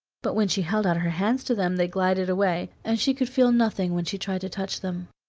but when she held out her hands to them they glided away, and she could feel nothing when she tried to touch them.